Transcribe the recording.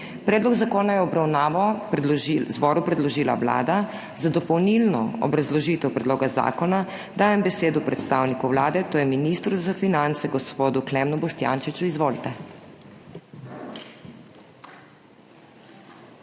Predlog zakona je v obravnavo zboru predložila Vlada. Za dopolnilno obrazložitev predloga zakona dajem besedo predstavniku Vlade, to je ministru za finance gospodu Klemnu Boštjančiču. Izvolite.